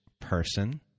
person